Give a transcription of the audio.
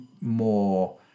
more